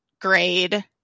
grade